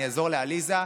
אני אעזור לעליזה,